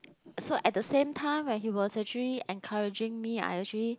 so at the same time when he was actually encouraging me I actually